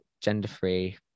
gender-free